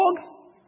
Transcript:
dog